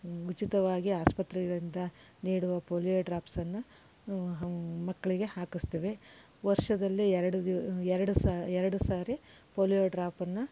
ಉಚಿತವಾಗಿ ಆಸ್ಪತ್ರೆಗಳಿಂದ ನೀಡುವ ಪೋಲಿಯೋ ಡ್ರಾಪ್ಸನ್ನು ಮಕ್ಕಳಿಗೆ ಹಾಕಿಸ್ತೀವಿ ವರ್ಷದಲ್ಲಿ ಎರಡು ದಿ ಎರಡು ಸಾರಿ ಪೋಲಿಯೋ ಡ್ರಾಪನ್ನು